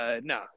no